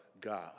God